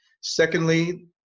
Secondly